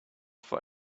for